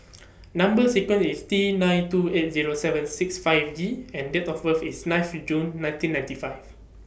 Number sequence IS T nine two eight Zero seven six five G and Date of birth IS ninth June nineteen ninety five